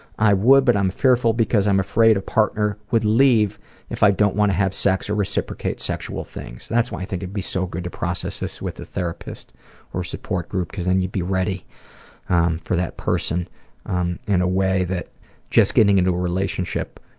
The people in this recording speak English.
i would but i'm fearful because i'm afraid a partner would leave if i don't want to have sex or reciprocate sexual things. that's why i think it would be so good to process this with a therapist or support group because then you'd be ready for that person in a way that just getting into a relationship,